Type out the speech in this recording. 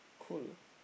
cool